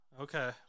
Okay